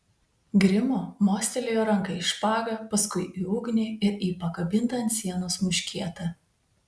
grimo mostelėjo ranka į špagą paskui į ugnį ir į pakabintą ant sienos muškietą